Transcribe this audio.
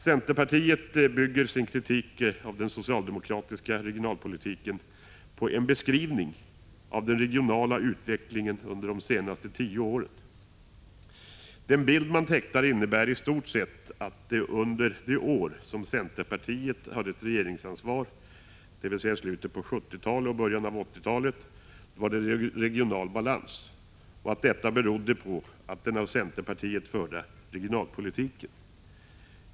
Centerpartiet bygger sin kritik av den socialdemokratiska regionalpolitiken på en beskrivning av den regionala utvecklingen under de senaste tio åren. Den bild man tecknar innebär i stort sett att det under de år som centerpartiet hade ett regeringsansvar, dvs. i slutet av 1970-talet och i början av 1980-talet, var regional balans och att detta berodde på den av centerpartiet förda regionalpolitiken.